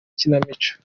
ikinamico